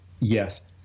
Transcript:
Yes